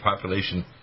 population